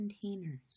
containers